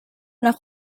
nach